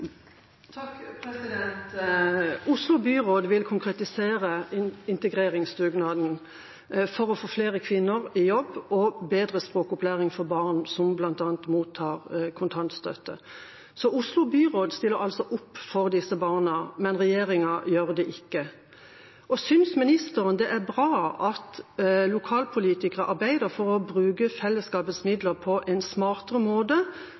Oslo byråd vil konkretisere integreringsdugnaden for å få flere kvinner i jobb og bedre språkopplæring bl.a. for barn som mottar kontantstøtte. Oslo byråd stiller altså opp for disse barna, men regjeringa gjør det ikke. Synes ministeren det er bra at lokalpolitikere bruker fellesskapets midler på en smartere måte